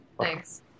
Thanks